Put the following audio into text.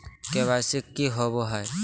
KYC की हॉबे हय?